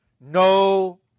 no